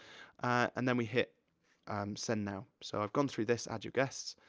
and then we hit send now. so i've gone through this, add your guests.